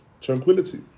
tranquility